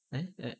eh ah